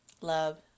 love